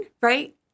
right